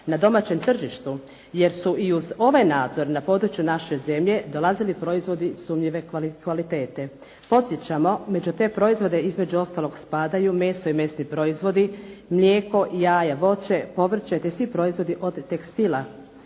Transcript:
na domaćem tržištu, jer su i uz ovaj nadzor na području naše zemlje dolazili proizvodi sumnjive kvalitete. Podsjećamo među te proizvode između ostalog spadaju meso i mesni proizvodi, mlijeko, jaja, voće, povrće te svi proizvodi od tekstila.